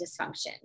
dysfunction